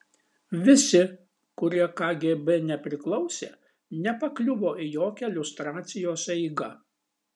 visi kurie kgb nepriklausė nepakliuvo į jokią liustracijos eigą